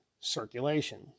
Circulation